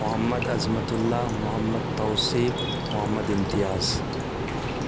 Muhammad Azmatullah Mohammad Tauseef Mohammad Imtiaz